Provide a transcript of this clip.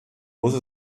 muss